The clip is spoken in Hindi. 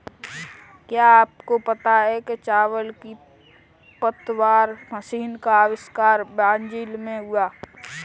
क्या आपको पता है चावल की पतवार मशीन का अविष्कार ब्राज़ील में हुआ